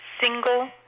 single